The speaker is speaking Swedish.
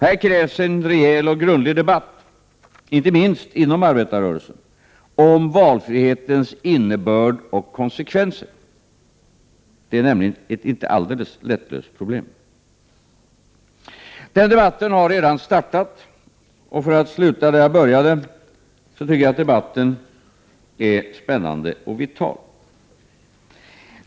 Här krävs en rejäl och grundlig debatt — inte minst inom arbetarrörelsen — om valfrihetens innebörd och konsekvenser. Det är nämligen ett inte alldeles lättlöst problem. Den debatten har redan startat. Och, för att sluta där jag började, den debatten är spännande och vital.